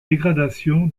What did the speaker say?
dégradation